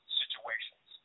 situations